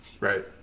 Right